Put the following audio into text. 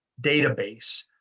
database